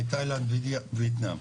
מתאילנד או וייטנאם,